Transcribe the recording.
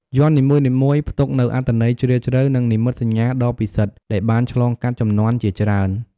យ័ន្តនីមួយៗផ្ទុកនូវអត្ថន័យជ្រាលជ្រៅ និងនិមិត្តសញ្ញាដ៏ពិសិដ្ឋដែលបានឆ្លងកាត់ជំនាន់ជាច្រើន។